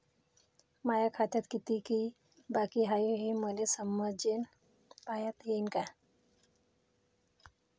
माया खात्यात कितीक बाकी हाय, हे मले मेसेजन पायता येईन का?